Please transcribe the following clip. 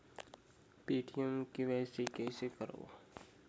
Paytm मे KYC कइसे करव?